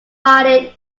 divided